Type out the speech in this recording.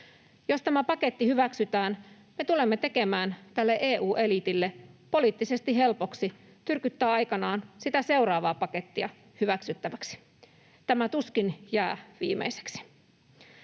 Jos tämä paketti hyväksytään, me tulemme tekemään EU-eliitille poliittisesti helpoksi tyrkyttää aikanaan sitä seuraavaa pakettia hyväksyttäväksi. Tämä tuskin jää viimeiseksi.